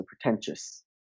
pretentious